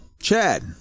Chad